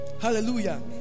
hallelujah